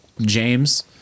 James